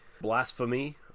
Blasphemy